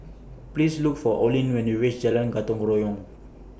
Please Look For Orlin when YOU REACH Jalan Gotong Royong